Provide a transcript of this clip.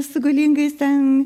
su galingais ten